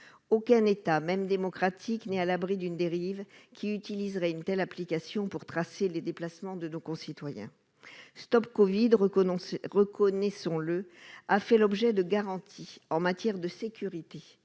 Aucun État, même démocratique, n'est à l'abri d'une dérive et d'un détournement de l'application pour tracer les déplacements des citoyens. StopCovid, reconnaissons-le, apporte des garanties en matière de sécurité